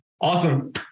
Awesome